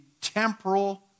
temporal